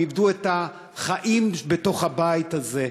הם איבדו את החיים בבית הזה,